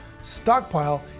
stockpile